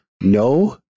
No